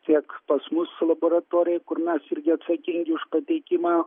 tiek pas mus laboratorijoj kur mes irgi atsakingi už pateikimą